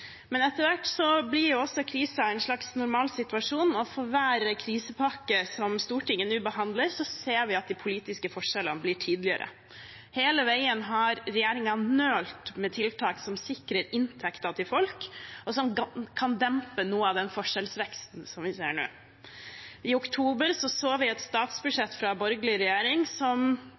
Men etter hvert blir også krisen en slags normalsituasjon, og for hver krisepakke som Stortinget nå behandler, ser vi at de politiske forskjellene blir tydeligere. Hele veien har regjeringen nølt med å innføre tiltak som sikrer folks inntekt, og som kan dempe noe av den forskjellsveksten vi ser nå. I oktober så vi et forslag til statsbudsjett fra